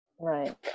Right